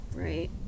Right